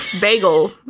bagel